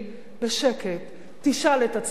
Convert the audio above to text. בשקט תשאל את עצמך,